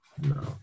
No